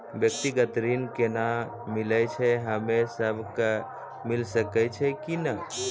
व्यक्तिगत ऋण केना मिलै छै, हम्मे सब कऽ मिल सकै छै कि नै?